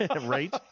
right